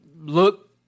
look